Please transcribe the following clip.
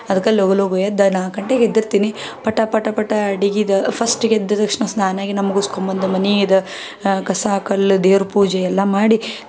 ಅದಕ್ಕೆ ಲಗು ಲಗು ಎದ್ದು ನಾಲ್ಕು ಗಂಟೆಗೆ ಎದ್ದಿರ್ತೀನಿ ಪಟ ಪಟ ಪಟ ಅಡುಗೆದು ಫಸ್ಟಿಗೆ ಎದ್ದ ತಕ್ಷಣ ಸ್ನಾನ ಗೀನ ಮುಗಿಸ್ಕೊ ಬಂದು ಮನೆದು ಕಸ ಕಲ್ಲು ದೇವ್ರ ಪೂಜೆ ಎಲ್ಲ ಮಾಡಿ